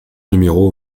numéro